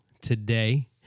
today